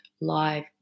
live